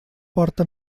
porta